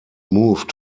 moved